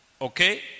Okay